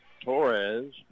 Torres